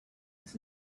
was